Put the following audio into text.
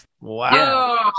wow